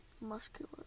muscular